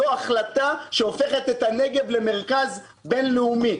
זו החלטה שהופכת את הנגב למרכז בין-לאומי.